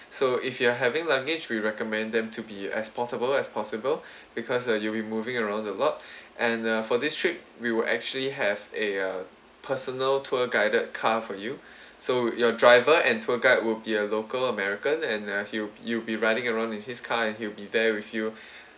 so if you are having luggage we recommend them to be as portable as possible because uh you'll be moving around a lot and uh for this trip we will actually have a uh personal tour guided car for you so your driver and tour guide will be a local american and uh he'll you'll be riding around in his car and he'll be there with you